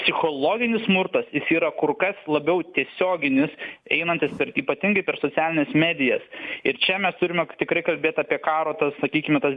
psichologinis smurtas jis yra kur kas labiau tiesioginis einantis ir ypatingai per socialines medijas ir čia mes turime tikrai kalbėt apie karo tas sakykime tas